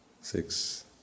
six